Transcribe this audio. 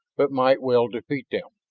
but might well defeat them.